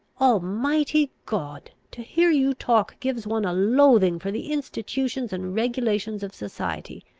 almighty god! to hear you talk gives one a loathing for the institutions and regulations of society,